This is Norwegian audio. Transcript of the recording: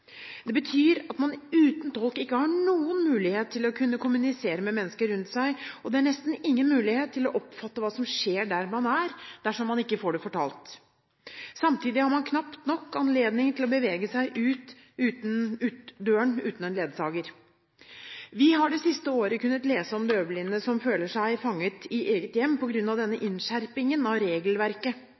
Det betyr at man uten tolk ikke har noen mulighet til å kunne kommunisere med mennesker rundt seg, og det er nesten ingen mulighet til å oppfatte hva som skjer der man er, dersom man ikke får det fortalt. Samtidig har man knapt nok anledning til å bevege seg ut av døren uten en ledsager. Vi har det siste året kunnet lese om døvblinde som føler seg fanget i eget hjem på grunn av denne innskjerpingen av regelverket.